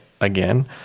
again